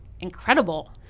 incredible